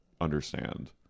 understand